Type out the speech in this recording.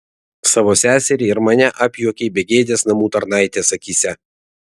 savo seserį ir mane apjuokei begėdės namų tarnaitės akyse